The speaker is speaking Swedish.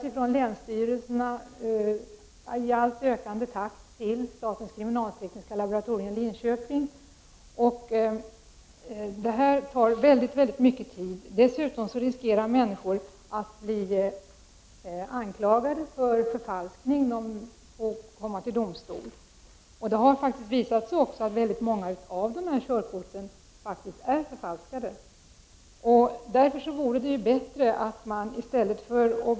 Ärenden skickas i allt högre takt från länsstyrelserna till statens kriminaltekniska laboratorium i Linköping. Detta tar mycket tid. Dessutom riskerar människor att bli anklagade för förfalskning och att komma inför domstol. Det har också visat sig att många av dessa körkort faktiskt är förfalskade. Det har man sagt i en rapport från trafiksäkerhetsverket.